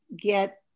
get